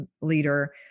leader